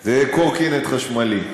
זה קורקינט חשמלי.